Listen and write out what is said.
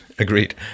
Agreed